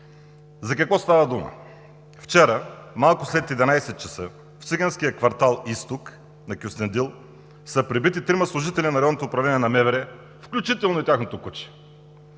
За какво става дума? Вчера малко след 11,00 ч. в циганския квартал „Изток“ на Кюстендил са пребити трима служители на Районното управление на МВР, включително и тяхното куче.